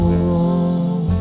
wrong